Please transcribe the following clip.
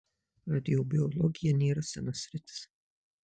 radiobiologija nėra sena sritis